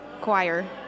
choir